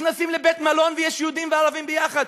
נכנסים לבית-מלון, ויש יהודים וערבים ביחד.